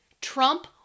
Trump